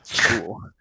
cool